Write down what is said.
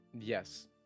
Yes